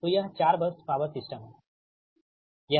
तो यह 4 bus power system है ठीक है